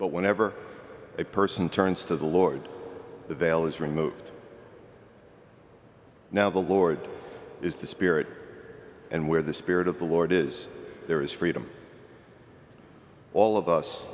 but whenever a person turns to the lord the veil is removed now the lord is the spirit and where the spirit of the lord is there is freedom all of us